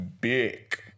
Big